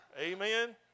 Amen